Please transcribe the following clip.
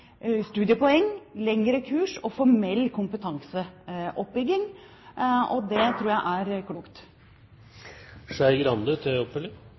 studiepoeng, lengre kurs og formell kompetanseoppbygging. Det tror jeg er